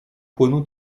płynu